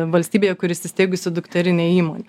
valstybėje kur įsisteigusi dukterinė įmonė